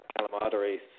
calamari